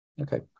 Okay